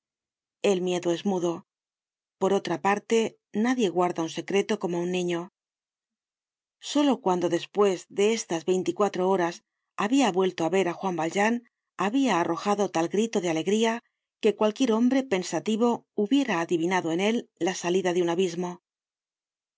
el miedo es mudo por otra parte nadie guarda un secreto como un niño solo cuando despues de estas veinticuatro horas habia vuelto á ver á juan valjean habia arrojado tal grito de alegría que cualquier hombre pensativo hubiera adivinado en él la salida de un abismo